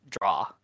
draw